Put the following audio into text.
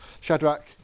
Shadrach